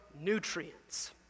nutrients